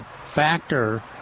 factor